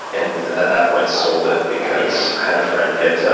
and at that point sold it because i had a friend get